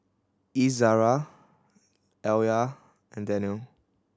Izzara Alya and Danial